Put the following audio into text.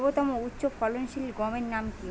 সর্বতম উচ্চ ফলনশীল গমের নাম কি?